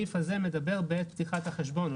הסעיף הזה מדבר בעת פתיחת החשבון.